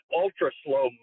ultra-slow